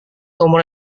nomor